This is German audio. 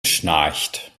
schnarcht